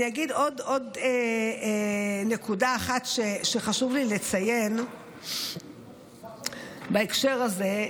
אני אגיד עוד נקודה אחת שחשוב לי לציין בהקשר הזה.